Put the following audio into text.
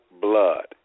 blood